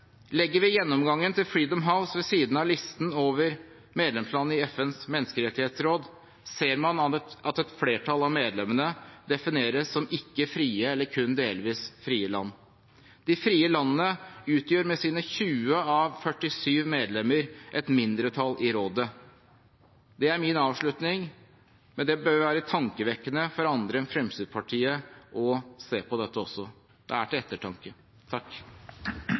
Legger vi gjennomgangen til Freedom House ved siden av listen over medlemslandene i FNs menneskerettighetsråd, ser man at et flertall av medlemmene defineres som ikke frie eller kun delvis frie land. De frie landene utgjør med sine 20 av 47 medlemmer et mindretall i rådet. Det er min avslutning, men det bør være tankevekkende for også andre enn Fremskrittspartiet å se på dette. Det er til ettertanke.